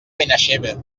benaixeve